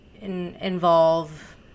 involve